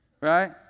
right